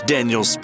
Daniel